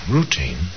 Routine